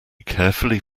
carefully